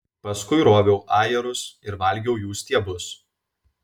paskui roviau ajerus ir valgiau jų stiebus